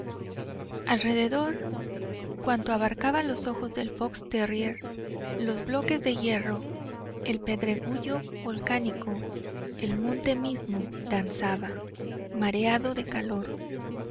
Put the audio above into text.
alrededor cuanto abarcaba los ojos del fox terrier los bloques de hierro el pedregullo volcánico el monte mismo danzaba mareado de calor